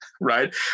right